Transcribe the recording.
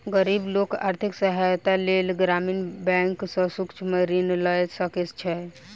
गरीब लोक आर्थिक सहायताक लेल ग्रामीण बैंक सॅ सूक्ष्म ऋण लय सकै छै